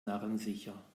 narrensicher